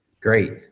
Great